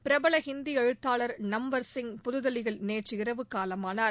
பிரபல ஹிந்தி எழுத்தாளர் நம்வர்சிங் புதுதில்லியில் நேற்றிரவு காலமானார்